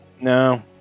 No